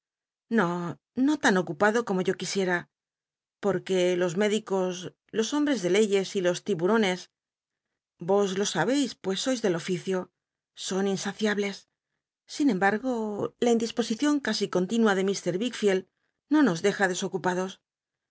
no no tan ocupado como yo quisiera porque los médicos los hombres de leyes y los tiburones y os lo sabeis pues sois del oficio son insaciables sin embargo la in lisposicion casi continua de mr wickfield no nos deja desocup